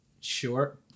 Sure